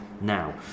now